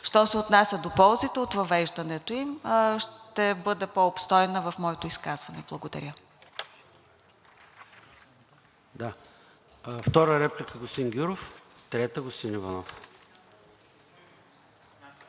Що се отнася до ползите от въвеждането им, ще бъда по обстойна в моето изказване. Благодаря.